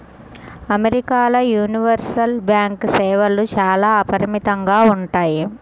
అమెరికాల universal bank సేవలు చాలా అపరిమితంగా ఉంటాయి